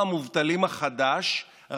חולים קשה ומאומתים חדשים ביחס לאוכלוסייה.